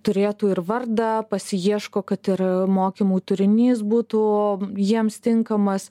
turėtų ir vardą pasiieško kad ir mokymų turinys būtų jiems tinkamas